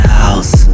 house